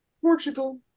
Portugal